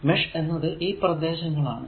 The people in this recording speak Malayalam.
മെഷ് എന്നത് ഈ പ്രദേശങ്ങൾ ആണ്